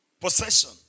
possession